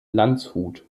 landshut